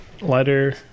letter